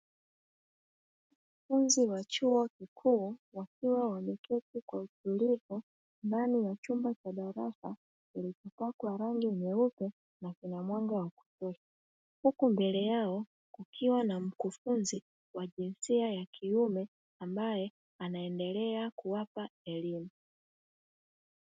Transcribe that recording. Wanafunzi wa chuo kikuu wakiwa wameketi kwa utulivu ndani ya chumba cha darasa kilicho pakwa rangi nyeupe na kinamwanga wa kutosha, huku mbele yao kukiwa na mkufunzi wa jinsia ya kiume, ambaye anaendelea kuwapa elimu.